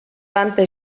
tanta